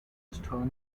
stone